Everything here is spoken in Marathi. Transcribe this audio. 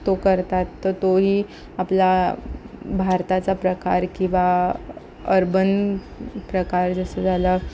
तो करतात त तोही आपला भारताचा प्रकार किंवा अर्बन प्रकार जसे झाला